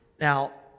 Now